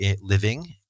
living